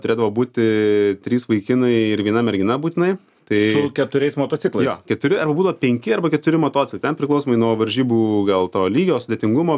turėdavo būti trys vaikinai ir viena mergina būtinai tai su keturiais motociklai jo keturi būdauvo penki arba keturi motociklai ten priklausomai nuo varžybų gal to lygio sudėtingumo